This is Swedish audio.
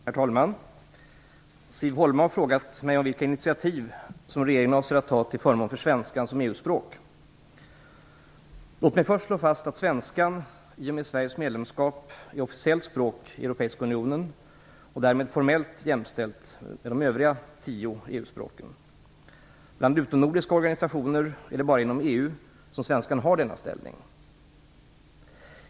Herr talman! Siv Holma har frågat mig om vilka initiativ som regeringen avser att ta till förmån för svenskan som EU-språk. Låt mig först slå fast att svenskan i och med Sveriges medlemskap är officiellt språk i Europeiska unionen och därmed formellt jämställt med de övriga tio EU-språken. Bland utomnordiska organisationer är det bara inom EU som svenskan har denna ställning.